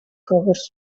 covers